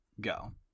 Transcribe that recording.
go